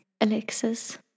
Alexis